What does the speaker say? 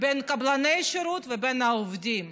קבלני שירות והעובדים.